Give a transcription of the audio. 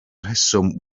reswm